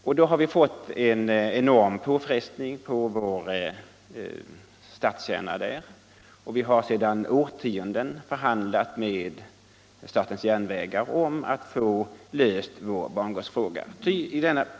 Detta har medfört en enorm påfrestning på vår stadskärna och vi har sedan årtionden förhandlat med statens järnvägar om att få vår bangårdsfråga löst.